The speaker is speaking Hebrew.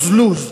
lose-lose.